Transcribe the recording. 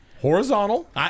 horizontal